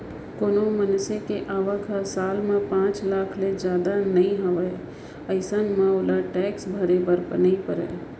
कोनो मनसे के आवक ह साल म पांच लाख ले जादा नइ हावय अइसन म ओला टेक्स भरे बर नइ परय